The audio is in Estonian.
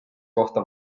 kohta